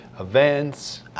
events